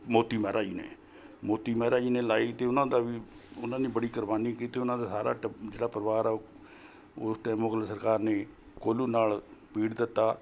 ਮੋਤੀ ਮਹਿਰਾ ਜੀ ਨੇ ਮੋਤੀ ਮਹਿਰਾ ਜੀ ਨੇ ਲਾਈ ਅਤੇ ਉਹਨਾਂ ਦਾ ਵੀ ਉਹਨਾਂ ਨੇ ਬੜੀ ਕੁਰਬਾਨੀ ਕੀਤੀ ਉਹਨਾਂ ਦਾ ਸਾਰਾ ਟੱਬ ਜਿਹੜਾ ਪਰਿਵਾਰ ਆ ਉਹ ਉਸ ਟਾਈਮ ਮੁਗਲ ਸਰਕਾਰ ਨੇ ਕੋਲੂ ਨਾਲ਼ ਪੀੜ ਦਿੱਤਾ